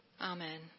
Amen